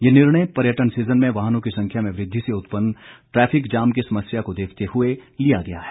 ये निर्णय पर्यटन सीजन में वाहनों की संख्या में वृद्धि से उत्पन्न ट्रैफिक जाम की समस्या को देखते हुए लिया गया है